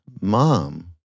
mom